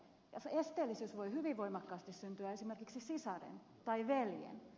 esteellisyys voi hyvin voimakkaasti syntyä esimerkiksi sisareen tai veljeen